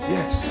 Yes